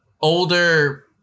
older